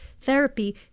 therapy